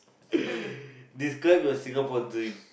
describe your Singapore dream